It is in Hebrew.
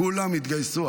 כולם התגייסו,